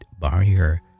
barrier